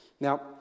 Now